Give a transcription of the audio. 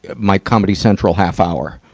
my comedy central half-hour.